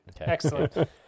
excellent